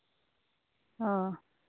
ᱚᱸᱻ